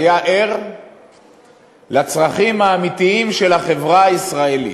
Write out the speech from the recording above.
היה ער לצרכים האמיתיים של החברה הישראלית.